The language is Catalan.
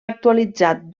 actualitzat